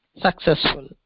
successful